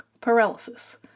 Paralysis